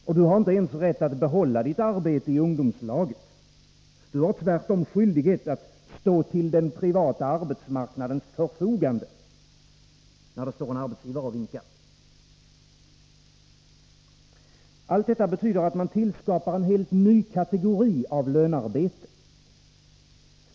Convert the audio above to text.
Och du har inte ens rätt att behålla ditt arbete i ungdomslaget — du har tvärtom skyldighet att stå till den privata arbetsmarknadens förfogande, när det står en arbetsgivare och vinkar. Allt detta betyder att man tillskapar en helt ny kategori av lönarbete.